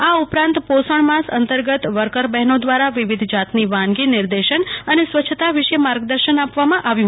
આઉપરાંત પોષણ માસ અંતર્ગત વર્કર બહેનો દ્વા રાવિવિધ જાતની વાનગી નિર્દેશનઅનેસ્વચ્છતા વિષે મા ર્ગદર્શન આપવામાં આવ્યું